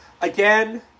again